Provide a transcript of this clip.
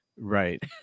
Right